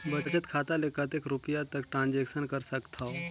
बचत खाता ले कतेक रुपिया तक ट्रांजेक्शन कर सकथव?